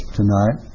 tonight